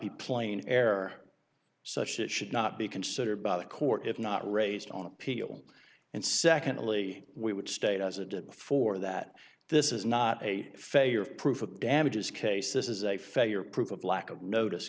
be plain error such that should not be considered by the court if not raised on appeal and secondly we would state as it did before that this is not a failure of proof of damages case this is a failure proof of lack of notice